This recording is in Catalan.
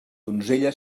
donzella